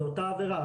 זו אותה עבירה,